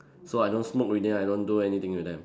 so I don't smoke with them I don't do anything with them